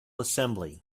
assembly